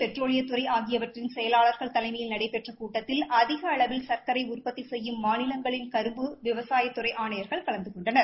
பெட்ரோலியத்துறை ஆகியவற்றின் செயலாளா்கள் தலைமையில் நடைபெற்ற கூட்டத்தில் அதிக அளவில் சர்க்கரை உற்பத்தி செய்யும் மாநிலங்களின் கரும்பு விவசாயத்துறை ஆணையர்கள் கலந்து கொண்டனர்